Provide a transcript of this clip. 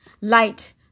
light